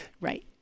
Right